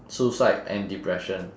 suicide and depression